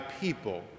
people